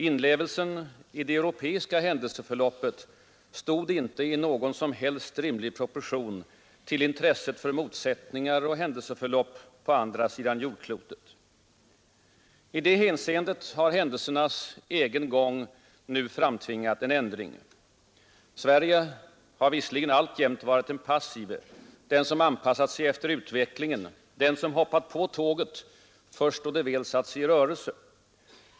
Inlevelsen i det europeiska händelseförloppet stod icke i någon som helst rimlig proportion till intresset för motsättningar och händelseförlopp på andra sidan jordklotet. I det hänseendet har händelsernas egen gång nu framtvingat en ändring. Sverige har visserligen alltjämt varit den passive — den som anpassat sig efter utvecklingen, den som hoppat på tåget först då det väl satt sig i rörelse.